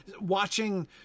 watching